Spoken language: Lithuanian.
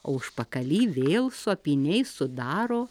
o užpakaly vėl su apyniais sudaro